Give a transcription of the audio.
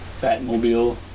Batmobile